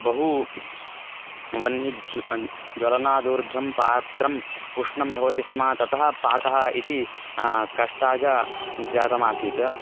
बहु वह्निः ज्वलनादूर्ध्वं पात्रम् उष्णं भवति स्म ततः पाकः इति कष्टाय जातम् आसीत्